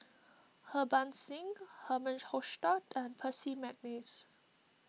Harbans Singh Herman Hochstadt and Percy McNeice